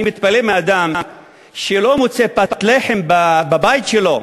אני מתפלא על אדם שלא מוצא פת לחם בבית שלו,